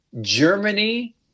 Germany